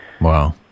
Wow